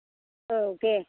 औ दे